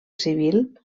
civil